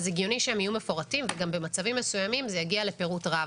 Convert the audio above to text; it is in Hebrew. הגיוני שהם יהיו מפורטים וגם במצבים מסוימים זה יגיע לפירוט רב.